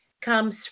comes